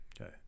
Okay